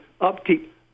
upkeep